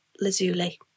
lazuli